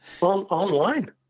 Online